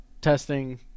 testing